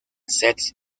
sets